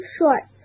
shorts